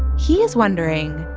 he is wondering,